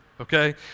okay